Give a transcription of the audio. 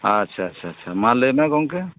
ᱟᱪᱪᱷᱟ ᱟᱪᱪᱷᱟ ᱢᱟ ᱞᱟᱹᱭᱢᱮ ᱜᱚᱢᱠᱮ